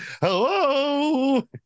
hello